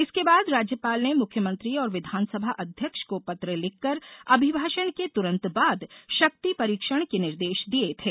इसके बाद राज्यपाल ने मुख्यमंत्री और विधानसभा अध्यक्ष को पत्र लिखकर अभिभाषण के तुरन्त बाद शक्ति परीक्षण के निर्देश दिये थे